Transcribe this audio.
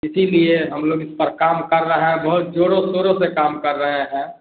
इसीलिए हम लोग इतना काम कर रहें बहुत ज़ोरों शोरों से काम कर रहे हैं